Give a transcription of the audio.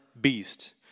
beast